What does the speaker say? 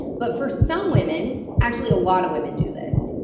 but for some women, actually a lot of women do this,